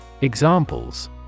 Examples